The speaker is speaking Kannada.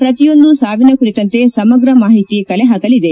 ಪ್ರತಿಯೊಂದು ಸಾವಿನ ಕುರಿತಂತೆ ಸಮಗ್ರ ಮಾಹಿತಿ ಕಲೆ ಹಾಕಲಿದೆ